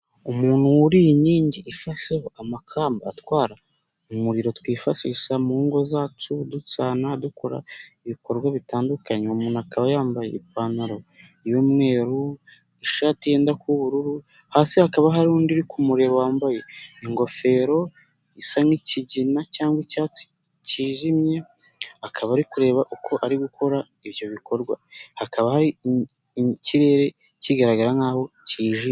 Umuntu wuriye inkingi ifasheho amakamba atwara umuriro twifashisha mu ngo zacu, dusana, dukora ibikorwa bitandukanye, umuntu akaba yambaye ipantaro y'umweru, ishati yenda kuba ubururu, hasi hakaba hari undi uri kumureba wambaye ingofero isa n'ikigina cyangwa icyatsi kijimye, akaba ari kureba uko ari gukora ibyo bikorwa, hakaba hari ikirere kigaragara nk'aho cyijimye.